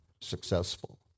successful